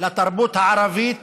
לתרבות הערבית